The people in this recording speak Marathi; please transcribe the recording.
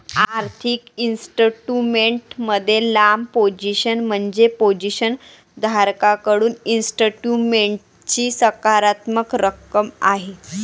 आर्थिक इन्स्ट्रुमेंट मध्ये लांब पोझिशन म्हणजे पोझिशन धारकाकडे इन्स्ट्रुमेंटची सकारात्मक रक्कम आहे